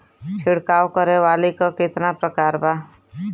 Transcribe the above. छिड़काव करे वाली क कितना प्रकार बा?